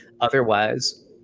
Otherwise